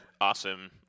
awesome